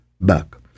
back